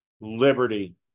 liberty